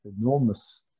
enormous